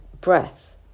breath